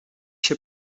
się